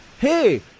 hey